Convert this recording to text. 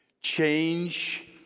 Change